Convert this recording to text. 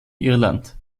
irland